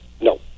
No